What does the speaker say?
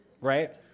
right